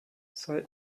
sei